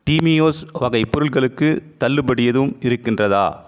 Timios வகை பொருள்களுக்கு தள்ளுபடி எதுவும் இருக்கின்றதா